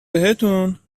بهتون